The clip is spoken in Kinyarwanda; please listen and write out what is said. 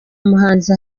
muhanzi